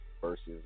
versus